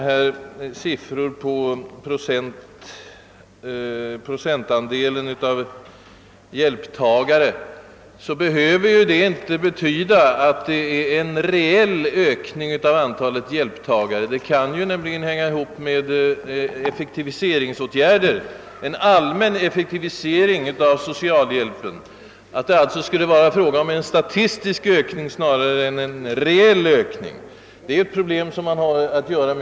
En ökning av den procentuella andelen hjälptagare behöver nämligen inte betyda en reell ökning av antalet hjälptagare; den procentuella ökningen kan ju hänga ihop med en allmän effektivisering av socialhjälpen. Det kan alltså vara fråga om en statistisk ökning snarare än om en reell ökning. Detta mätproblem träffar man f.ö.